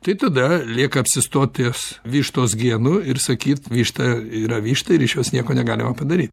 tai tada lieka apsistot ties vištos genu ir sakyt višta yra višta ir iš jos nieko negalima padaryt